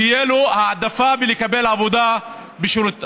שתהיה לו העדפה בקבלת עבודה בשירות המדינה.